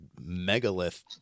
megalith